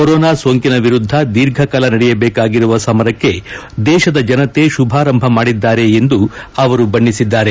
corona ಸೋಂಕಿನ ವಿರುದ್ದ ದೀರ್ಘಕಾಲ ನಡೆಯಬೇಕಾಗಿರುವ ಸಮರಕ್ಷೆ ದೇಶದ ಜನತೆ ಶುಭಾರಂಭ ಮಾಡಿದ್ದಾರೆ ಎಂದು ಅವರು ಬಣ್ಣಿಸಿದ್ದಾರೆ